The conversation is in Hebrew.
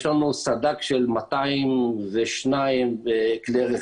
יש לנו סד"כ של 202 כלי רכב,